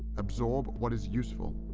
absorb what is useful,